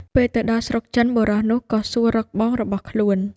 ពេលទៅដល់ស្រុកចិន បុរសនោះក៏សួររកបងរបស់ខ្លួន។